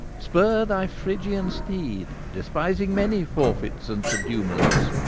spur thy phrygian steed, despising many forfeits and subduements,